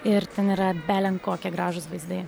ir ten yra belenkokie gražūs vaizdai